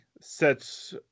sets